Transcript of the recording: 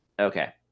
Okay